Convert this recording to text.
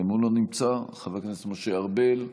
גם הוא לא נמצא, חבר הכנסת משה ארבל,